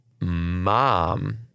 mom